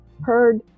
heard